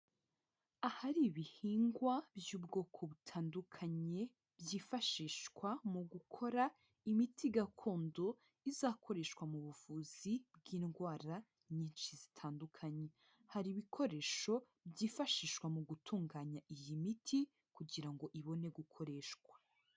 Ahari ibihingwa by'ubwoko butandukanye byifashishwa mu gukora imiti gakondo izakoreshwa mu buvuzi bw'indwara nyinshi zitandukanye, hari ibikoresho byifashishwa mu gutunganya iyi miti kugira ngo ibone gukoreshwa.